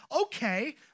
okay